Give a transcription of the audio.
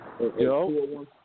Yo